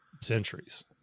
centuries